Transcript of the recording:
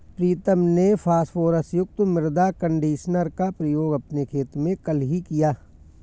प्रीतम ने फास्फोरस युक्त मृदा कंडीशनर का प्रयोग अपने खेत में कल ही किया